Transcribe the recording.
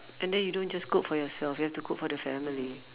and then you don't just cook for yourself you have to cook for the family